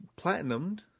platinumed